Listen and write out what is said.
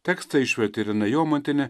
tekstą išvertė irena jomantienė